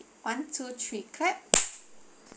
one two three clap